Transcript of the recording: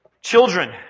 Children